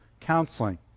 counseling